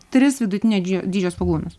tris vidutinio dydžio svogūnus